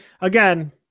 again